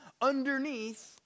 underneath